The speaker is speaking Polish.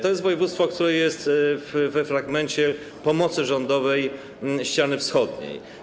To jest województwo, które jest we fragmencie pomocy rządowej dla ściany wschodniej.